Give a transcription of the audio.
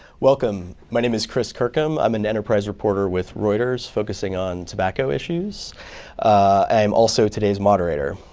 welcome, my name is chris kirkham. i'm an enterprise reporter with reuters focusing on tobacco issues. i am also today's moderator.